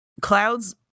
cloud's